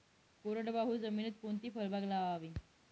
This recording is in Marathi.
कोरडवाहू जमिनीत कोणती फळबाग लावावी?